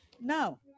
Now